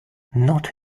not